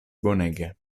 bonege